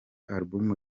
alubumu